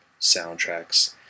soundtracks